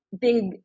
big